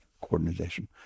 coordination